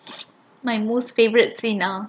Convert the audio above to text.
my most favourite scene ah